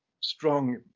strong